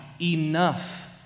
enough